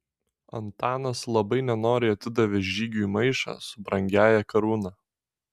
antanas labai nenoriai atidavė žygiui maišą su brangiąja karūna